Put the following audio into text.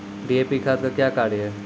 DAP खाद का क्या कार्य हैं?